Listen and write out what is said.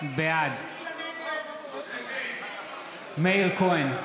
בעד מאיר כהן,